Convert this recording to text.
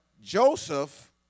Joseph